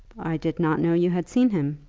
i did not know you had seen him.